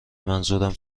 منظورم